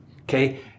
okay